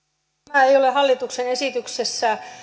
tämä ei ole hallituksen esityksessä